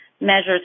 measures